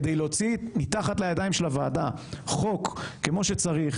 כדי להוציא מתחת לידיים של הוועדה חוק כמו שצריך,